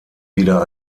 wieder